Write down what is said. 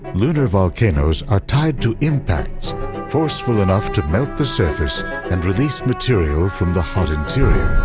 lunar volcanoes are tied to impacts forceful enough to melt the surface and release material from the hot interior.